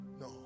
no